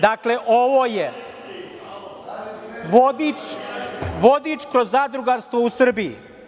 Dakle, ovo je vodič kroz zadrugarstvo u Srbiji.